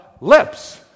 lips